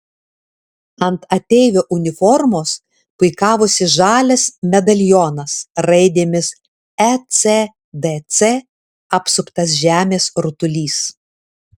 ant ateivio uniformos puikavosi žalias medalionas raidėmis ecdc apsuptas žemės rutulys